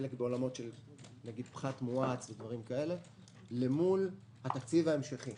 חלק בעולמות של פחת מואץ אל מול התקציב ההמשכי,